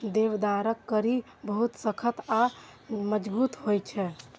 देवदारक कड़ी बहुत सख्त आ मजगूत होइ छै